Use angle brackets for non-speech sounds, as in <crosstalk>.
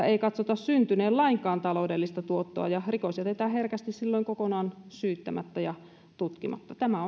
<unintelligible> ei katsota syntyneen lainkaan taloudellista tuottoa ja rikos jätetään herkästi silloin kokonaan syyttämättä ja tutkimatta tämä <unintelligible>